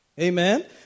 Amen